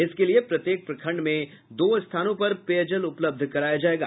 इसके लिए प्रत्येक प्रखंड में दो स्थानों पर पेयजल उपलब्ध कराया जायेगा